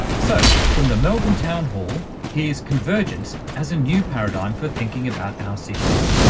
so, from the melbourne town hall, here's convergence as a new paradigm for thinking about our cities.